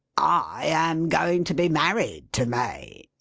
i am going to be married to may.